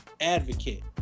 advocate